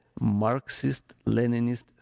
Marxist-Leninist